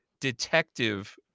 detective –